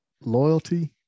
Loyalty